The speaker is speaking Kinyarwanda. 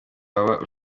waba